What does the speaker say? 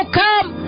come